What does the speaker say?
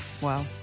Wow